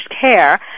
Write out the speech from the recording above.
care